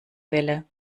welle